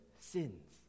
sins